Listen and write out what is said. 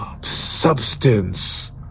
substance